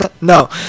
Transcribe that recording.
No